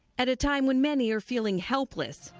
at a time when many are feeling helpless,